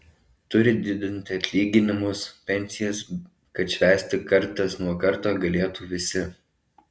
turi didinti atlyginimus pensijas kad švęsti kartas nuo karto galėtų visi